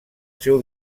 seu